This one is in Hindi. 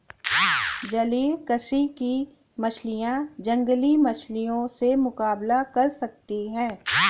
जलीय कृषि की मछलियां जंगली मछलियों से मुकाबला कर सकती हैं